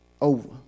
over